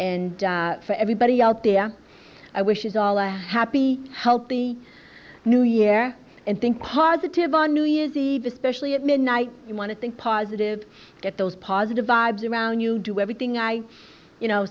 and for everybody out there i wish is all a happy healthy new year and think positive on new year's eve especially at midnight you want to think positive that those positive vibes around you do everything i you know